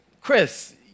Chris